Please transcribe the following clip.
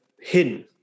hidden